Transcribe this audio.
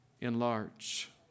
enlarge